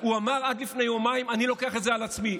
הוא אמר עד לפני יומיים: אני לוקח את זה על עצמי,